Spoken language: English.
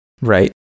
Right